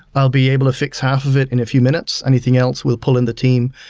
i'll be able to fix half of it in a few minutes. anything else, will pull in the team,